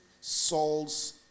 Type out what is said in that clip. Saul's